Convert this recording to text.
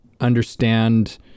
understand